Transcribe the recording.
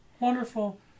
Wonderful